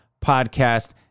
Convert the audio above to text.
Podcast